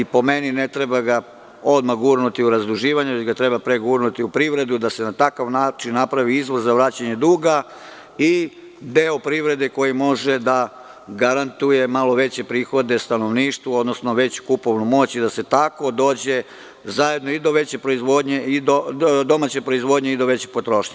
Po meni, ne treba ga odmah gurnuti u razduživanje, nego ga treba pre gurnuti u privredu, da se na takav način napravi izvor za vraćanje duga i deo privrede koji može da garantuje malo veće prihode stanovništvu, odnosno veću kupovnu moć i da se tako dođe zajedno i do domaće proizvodnje i do veće potrošnje.